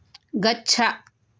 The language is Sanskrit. गच्छ